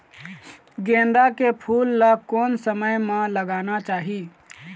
गेंदा के फूल ला कोन समय मा लगाना चाही?